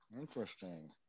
Interesting